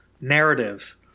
narrative